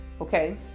okay